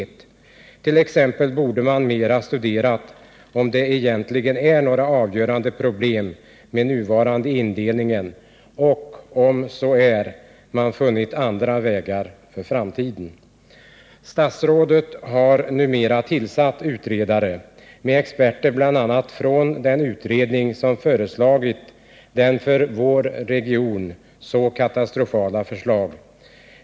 Det borde t.ex. mera ha studerats, om det egentligen är några avgörande problem med den nuvarande indelningen och, om så är fallet, om det hade funnits andra vägar för framtiden. Statsrådet har numera tillsatt utredare med experter bl.a. från den utredning som lagt fram för vår region så katastrofala förslag.